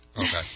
Okay